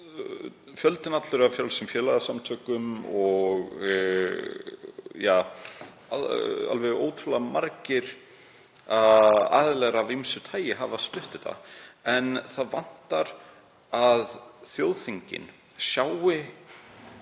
Fjöldinn allur af frjálsum félagasamtökum og alveg ótrúlega margir aðilar af ýmsu tagi hafa stutt þetta en það vantar að þjóðþingin sjái